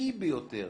הבקי ביותר